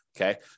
okay